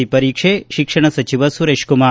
C ಪರೀಕ್ಷೆ ಶಿಕ್ಷಣ ಸಚಿವ ಸುರೇಶ್ಕುಮಾರ್